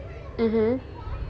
mmhmm